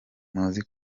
muzi